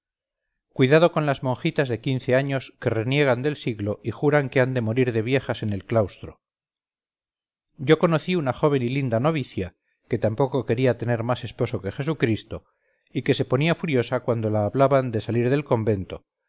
cuidado con las monjitas de quince años que reniegan del siglo y juran que han de morir de viejas en el claustro yo conocí una joven ylinda novicia que tampoco quería tener más esposo que jesucristo y que se ponía furiosa cuando la hablaban de salir del convento